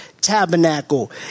tabernacle